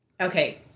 Okay